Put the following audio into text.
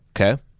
Okay